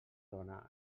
dóna